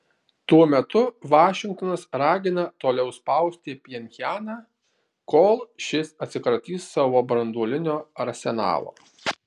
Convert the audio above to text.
tuo metu vašingtonas ragina toliau spausti pchenjaną kol šis atsikratys savo branduolinio arsenalo